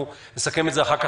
אנחנו נסכם את זה אחר כך.